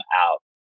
out